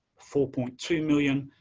four point two million,